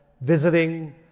visiting